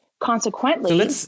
Consequently